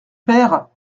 père